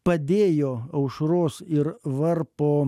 padėjo aušros ir varpo